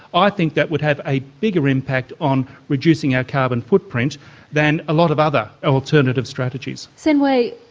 i think that would have a bigger impact on reducing our carbon footprint than a lot of other alternative strategies. sein-way,